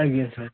ଆଜ୍ଞା ସାର୍